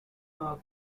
are